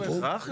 לא בהכרח.